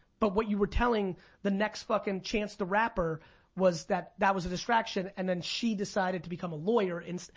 but what you were telling the next fuckin' chance the rapper was that that was a distraction and then she decided to become a lawyer in,